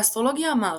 באסטרולוגיה המערבית,